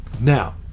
Now